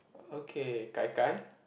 okay Gai Gai